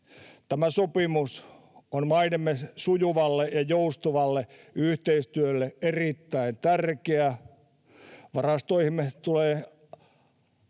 Tämä sopimus on maidemme sujuvalle ja joustavalle yhteistyölle erittäin tärkeä. Varastoihimme tulee